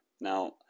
Now